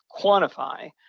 quantify